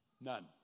none